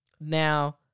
Now